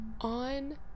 on